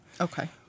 Okay